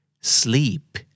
Sleep